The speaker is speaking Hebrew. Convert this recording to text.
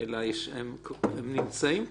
אלא הם נמצאים כבר.